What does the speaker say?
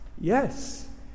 Yes